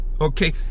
okay